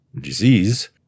disease